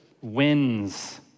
wins